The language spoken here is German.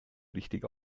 richtig